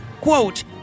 Quote